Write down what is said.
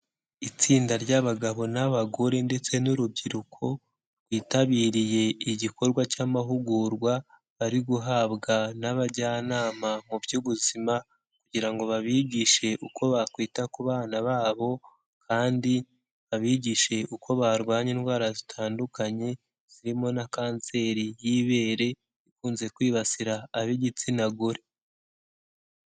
Itsinda ry'abagabo n'abagore ndetse n'urubyiruko, rwitabiriye igikorwa cy'amahugurwa bari guhabwa n'abajyanama mu by'ubuzima, kugira ngo babigishe uko bakwita ku bana babo, kandi babigishe uko barwanya indwara zitandukanye zirimo na kanseri y'ibere, ikunze kwibasira ab'igitsina gore.